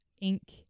ink